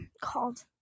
called